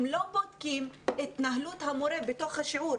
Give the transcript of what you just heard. הם לא בודקים את התנהלות המורה בתוך השיעור,